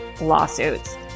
lawsuits